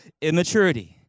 immaturity